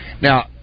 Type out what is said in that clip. Now